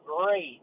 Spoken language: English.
great